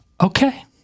Okay